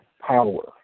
power